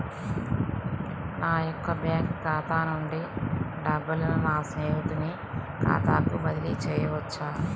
నా యొక్క బ్యాంకు ఖాతా నుండి డబ్బులను నా స్నేహితుని ఖాతాకు బదిలీ చేయవచ్చా?